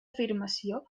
afirmació